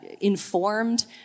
informed